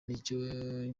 nicyo